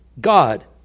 God